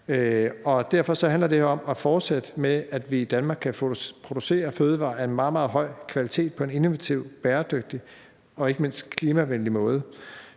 Derfor handler det her om at fortsætte med, at vi i Danmark kan producere fødevarer af en meget, meget høj kvalitet på en innovativ, bæredygtig og ikke mindst klimavenlig måde.